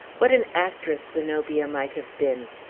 what an actress zenobia might have been!